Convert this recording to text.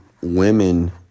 women